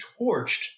torched